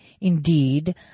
indeed